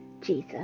jesus